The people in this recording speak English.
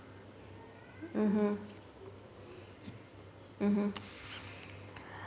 mmhmm mmhmm